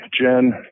Jen